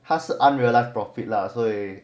他是 unrealised profit lah so 所以